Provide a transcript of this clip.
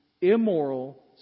immoral